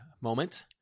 moment